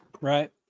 Right